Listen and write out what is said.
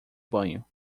banho